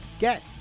get